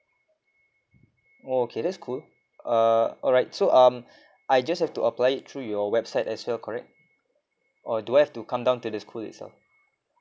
okay that's cool uh alright so um I just have to apply it through your website as well correct or do I have to come down to the school itself